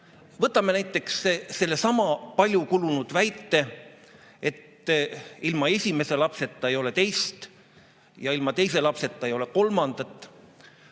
Võtame näiteks sellesama kulunud väite, et ilma esimese lapseta ei ole teist ja ilma teise lapseta ei ole kolmandat.